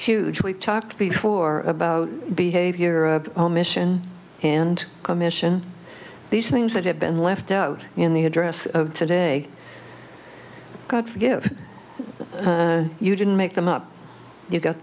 huge we've talked before about behavior of omission and commission these things that have been left out in the address today god forgive you didn't make them up you got